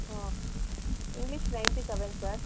ಹ್ಞೂ English ninety seven sir